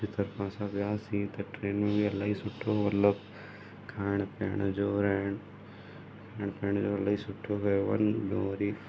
जी तर्फ़ां सां वियासीं त ट्रेन में बि इलाही सुठो मतिलबु खाइण पीअण जो रहणु खाइण पीअण जो इलाही सुठो कयो अन वरी